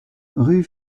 rue